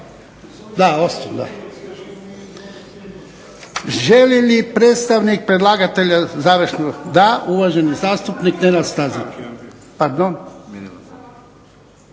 ne odnosi. Želi li predstavnik predlagatelja završno? Da. Uvaženi zastupnik Nenad Stazić. Pardon,